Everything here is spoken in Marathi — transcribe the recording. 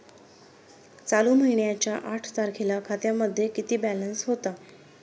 चालू महिन्याच्या आठ तारखेला खात्यामध्ये किती बॅलन्स होता?